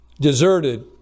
deserted